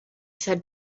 said